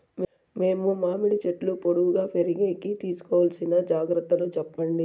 మేము మామిడి చెట్లు పొడువుగా పెరిగేకి తీసుకోవాల్సిన జాగ్రత్త లు చెప్పండి?